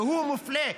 שהוא מופלה,